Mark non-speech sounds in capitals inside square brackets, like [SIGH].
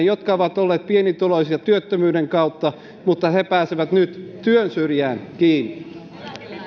[UNINTELLIGIBLE] jotka ovat olleet pienituloisia työttömyyden kautta mutta jotka pääsevät nyt työn syrjään kiinni